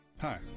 Hi